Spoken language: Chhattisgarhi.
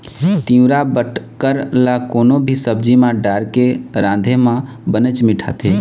तिंवरा बटकर ल कोनो भी सब्जी म डारके राँधे म बनेच मिठाथे